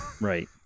Right